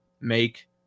make